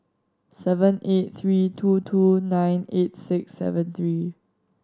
seven eight three two two nine eight six seven three